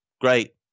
Great